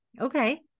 Okay